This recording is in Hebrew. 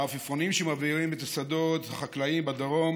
העפיפונים שמבעירים את השדות החקלאיים בדרום